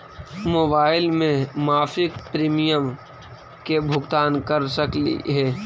Mobile से मासिक premium के भुगतान कर सकली हे?